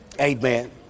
Amen